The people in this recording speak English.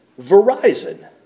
Verizon